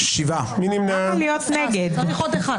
הצבעה לא אושרו.